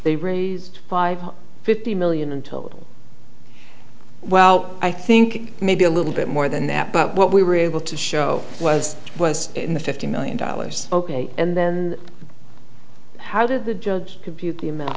they raised five fifty million until well i think maybe a little bit more than that but what we were able to show was it was in the fifty million dollars ok and then how did the judge compute the amount